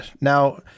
Now